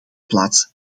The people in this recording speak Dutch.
plaats